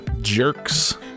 jerks